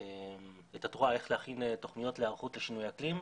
את התורה איך להכין תוכניות להיערכות לשינויי אקלים,